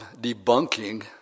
debunking